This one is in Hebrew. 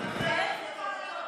אין ועדה שיכולה לטפל בזה.